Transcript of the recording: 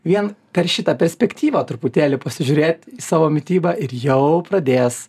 vien per šitą perspektyvą truputėlį pasižiūrėt į savo mitybą ir jau pradės